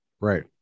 right